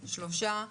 שלושה.